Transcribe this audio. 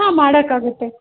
ಹಾಂ ಮಾಡಕ್ಕಾಗುತ್ತೆ